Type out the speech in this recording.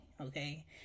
okay